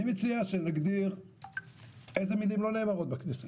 אני מציע שנגדיר איזה מילים לא נאמרות בכנסת.